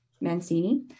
Mancini